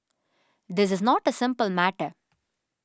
this is not a simple matter